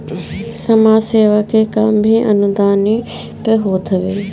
समाज सेवा के काम भी अनुदाने पअ होत हवे